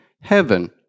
heaven